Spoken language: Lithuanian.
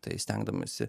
tai stengdamasi